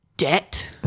Debt